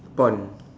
pond